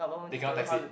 they cannot tax it